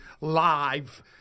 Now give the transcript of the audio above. live